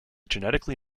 genetically